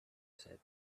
said